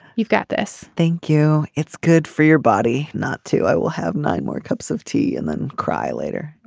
you've got this. thank you. it's good for your body not too i will have nine more cups of tea and then cry later.